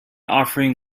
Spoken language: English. offering